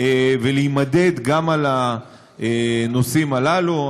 ולהימדד גם על הנושאים הללו.